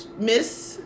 Miss